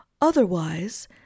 Otherwise